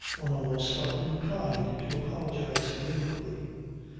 one almost felt inclined to apologize for the inquiry.